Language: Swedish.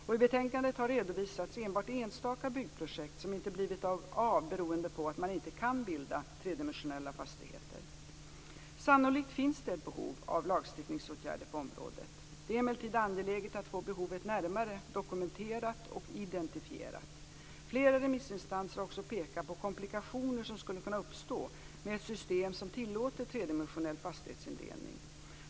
Och i betänkandet har redovisats enbart enstaka byggprojekt som inte blivit av beroende på att man inte kan bilda tredimensionella fastigheter. Sannolikt finns det ett behov av lagstiftningsåtgärder på området. Det är emellertid angeläget att få behovet närmare dokumenterat och identifierat. Flera remissinstanser har också pekat på komplikationer som skulle kunna uppstå med ett system som tillåter tredimensionell fastighetsindelning.